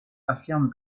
affirme